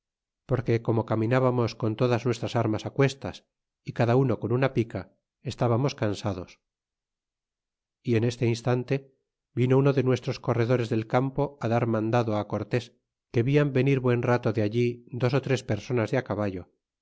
porque como caminábamos con todas nuestras armas á cuestas y cada uno con una pica estábamos cansados y en este instante vino uno de nuestros corredores del campo dar mandado á cortés que vian venir buen rato de allí dos ó tres personas de á caballo